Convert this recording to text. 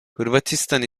hırvatistan